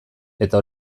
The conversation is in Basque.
eta